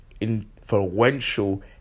influential